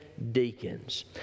Deacons